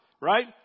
right